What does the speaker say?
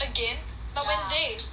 again but wednesday